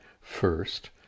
first